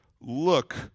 look